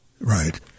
Right